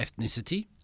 ethnicity